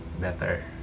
better